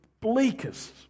bleakest